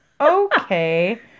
Okay